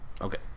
Okay